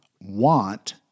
want